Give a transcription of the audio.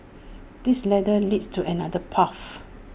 this ladder leads to another path